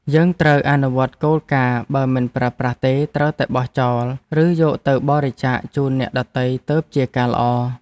យើងត្រូវអនុវត្តគោលការណ៍បើមិនប្រើប្រាស់ទេត្រូវតែបោះចោលឬយកទៅបរិច្ចាគជូនអ្នកដទៃទើបជាការល្អ។